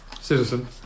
citizen